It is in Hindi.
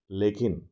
लेकिन